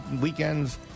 weekends